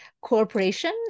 corporation